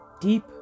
deep